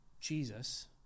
Jesus